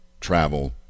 travel